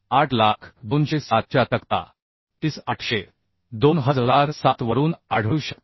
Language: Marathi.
8002007 च्या तक्ता IS 800 2007 वरून आढळू शकते